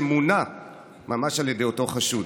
שמונה ממש על ידי אותו חשוד.